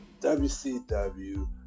WCW